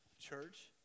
church